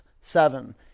seven